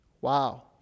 Wow